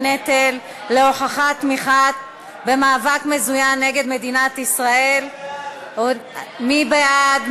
הנטל להוכחת תמיכה במאבק מזוין נגד מדינת ישראל) מי בעד?